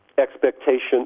expectation